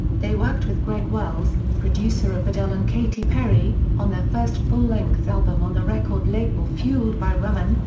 they worked with greg wells, producer of adele and katy perry, on their first full-length album on the record label fueled by ramen,